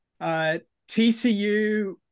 TCU